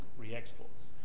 re-exports